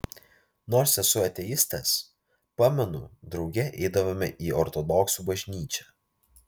nors esu ateistas pamenu drauge eidavome į ortodoksų bažnyčią